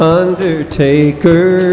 undertaker